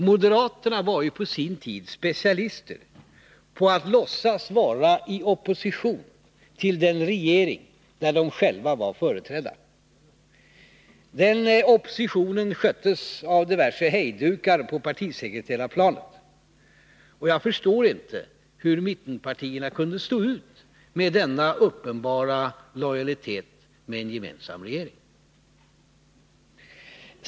Moderaterna var på sin tid specialister på att låtsas vara i opposition till den regering där de själva var företrädda. Den oppositionen sköttes av diverse hejdukar på partisekreterarplanet. Jag förstår inte hur mittenpartierna kunde stå ut med denna uppenbara brist på lojalitet med en gemensam regering.